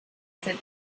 said